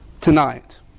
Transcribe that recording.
tonight